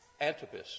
Antipas